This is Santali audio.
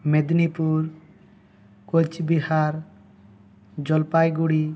ᱢᱮᱫᱽᱱᱤᱯᱩᱨ ᱠᱳᱪ ᱵᱤᱦᱟᱨ ᱡᱚᱞᱯᱟᱭᱜᱩᱲᱤ